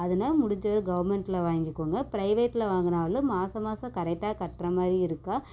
அதனால முடிஞ்ச அளவு கவர்மெண்ட்டில் வாங்கிக்கோங்க ப்ரைவேட்டில் வாங்குனாலும் மாத மாதம் கரெட்டாக கட்டுற மாதிரி இருக்கும்